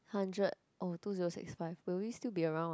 hundred oh two zero six five will we still be around ah